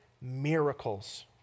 miracles